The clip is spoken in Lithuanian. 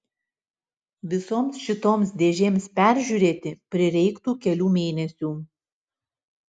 visoms šitoms dėžėms peržiūrėti prireiktų kelių mėnesių